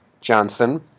Johnson